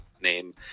name